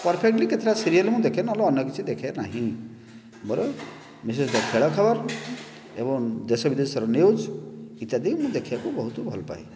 perfectly କେତେଟା serial ମୁଁ ଦେଖେ ନହେଲେ ଅନ୍ୟ କିଛି ଦେଖେ ନାହିଁ ମୋର ବିଶେଷତଃ ଖେଳ ଖବର ଏବଂ ଦେଶବିଦେଶର ନ୍ୟୁଜ୍ ଇତ୍ୟାଦି ମୁଁ ଦେଖିବାକୁ ବହୁତ ଭଲ ପାଏ